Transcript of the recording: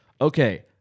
okay